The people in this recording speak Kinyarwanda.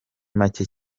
make